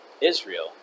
Israel